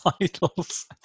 titles